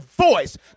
voice